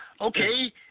Okay